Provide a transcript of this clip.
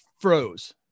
froze